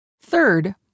Third